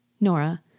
Nora